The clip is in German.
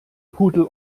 pudel